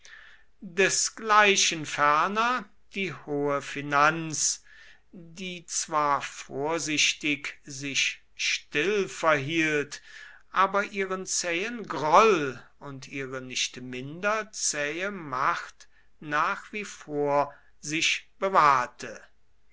desgleichen ferner die hohe finanz die zwar vorsichtig sich still verhielt aber ihren zähen groll und ihre nicht minder zähe macht nach wie vor sich bewahrte